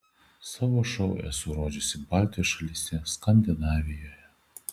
savo šou esu rodžiusi baltijos šalyse skandinavijoje